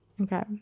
Okay